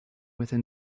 within